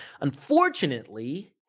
Unfortunately